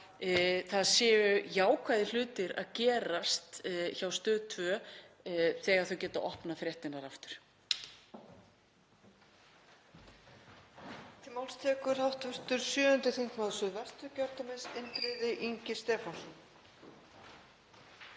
að jákvæðir hlutir séu að gerast hjá Stöð 2 þegar þau geta opnað fréttirnar aftur.